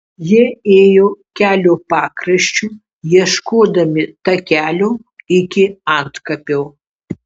jie ėjo kelio pakraščiu ieškodami takelio iki antkapio